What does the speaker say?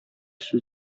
сүз